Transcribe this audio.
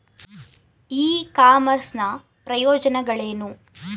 E commerce ನ ಪ್ರಯೋಜನಗಳೇನು?